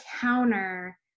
counter